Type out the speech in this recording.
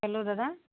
hello দাদা